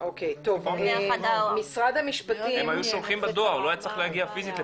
הם היו שולחים בדואר, לא היה צריך להגיע פיזית.